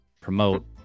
promote